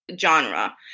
genre